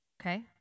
Okay